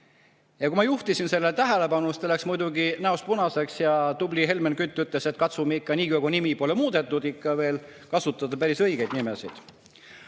Kui ma juhtisin sellele tähelepanu, siis ta läks muidugi näost punaseks ja tubli Helmen Kütt ütles, et katsume ikka niikaua, kui nimi pole muudetud, veel kasutada päris õigeid nimesid.